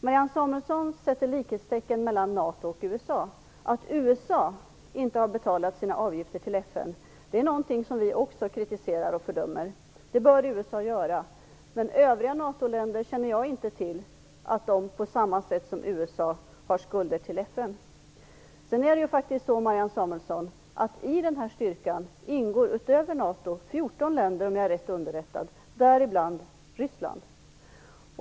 Marianne Samuelsson sätter likhetstecken mellan NATO och USA. Att USA inte har betalat sina avgifter till FN är något som också vi kritiserar och fördömer. USA bör betala dessa avgifter, men jag känner inte till att övriga NATO-länder på samma sätt som USA har skulder till FN. Det är vidare faktiskt så, Marianne Samuelsson, att det i fredsstyrkan utöver NATO ingår, om jag är rätt underrättad, 14 länder, däribland Ryssland.